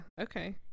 okay